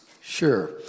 Sure